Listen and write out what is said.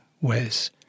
Wes